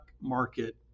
market